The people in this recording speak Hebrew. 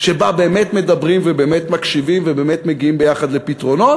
שבה באמת מדברים ובאמת מקשיבים ובאמת מגיעים ביחד לפתרונות,